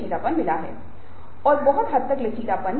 लेकिन स्व जागरूक मानव इस इनपुट आउटपुट कैलकुलस से परे है